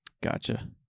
Gotcha